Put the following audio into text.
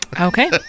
Okay